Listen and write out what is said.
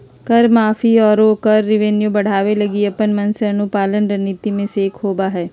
कर माफी, आरो कर रेवेन्यू बढ़ावे लगी अपन मन से अनुपालन रणनीति मे से एक होबा हय